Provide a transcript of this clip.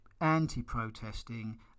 anti-protesting